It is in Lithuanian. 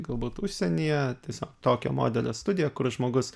galbūt užsienyje tiesiog tokio modelio studija kur žmogus